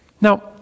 Now